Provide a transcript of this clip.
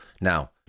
Now